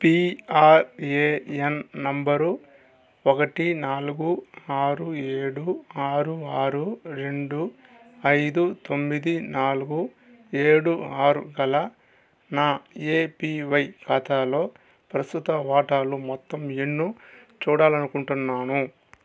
PRAN number ఒకటి నాలుగు ఆరు ఏడు ఆరు ఆరు రెండు ఐదు తొమ్మిది నాలుగు ఏడు ఆరు గల నా ఏపీవై ఖాతాలో ప్రస్తుత వాటాలు మొత్తం ఎన్నో చూడాలనుకుంటున్నాను